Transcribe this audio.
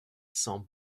cent